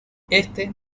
éste